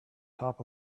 top